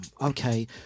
Okay